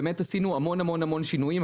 עשינו המון שינויים.